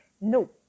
no